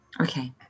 Okay